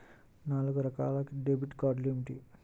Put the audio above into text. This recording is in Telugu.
నాలుగు రకాల డెబిట్ కార్డులు ఏమిటి?